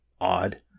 odd